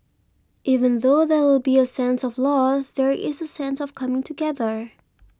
even though there will be a sense of loss there is a sense of coming together